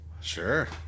Sure